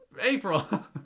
April